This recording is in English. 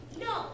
no